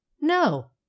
No